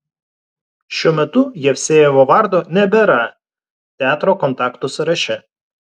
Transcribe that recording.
šiuo metu jevsejevo vardo nebėra teatro kontaktų sąraše